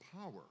power